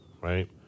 right